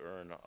earn